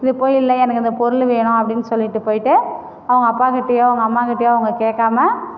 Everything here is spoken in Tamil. இப்போ இல்லை எனக்கு அந்த பொருள் வேணும் அப்படினு சொல்லிட்டு போயிட்டு அவங்க அப்பாகிட்டேயோ அவங்க அம்மாகிட்டேயோ அவங்க கேட்காம